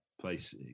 place